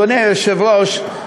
אדוני היושב-ראש,